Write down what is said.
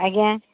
ଆଜ୍ଞା